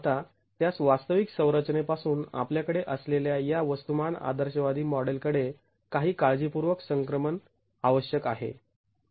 आता त्यास वास्तविक संरचनेपासून आपल्याकडे असलेल्या या वस्तूमान आदर्शवादी मॉडेल कडे काही काळजीपूर्वक संक्रमण आवश्यक आहे